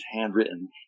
handwritten